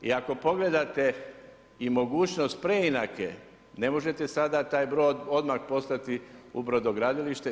I ako pogledate i mogućnost preinake ne možete sada taj brod odah poslati u brodogradilište.